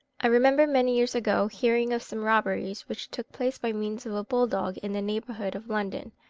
i remember many years ago hearing of some robberies, which took place by means of a bull-dog in the neighbourhood of london,